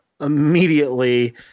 immediately